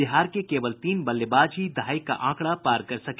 बिहार के केवल तीन बल्लेबाज ही दहाई का आंकड़ा पार कर सके